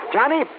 Johnny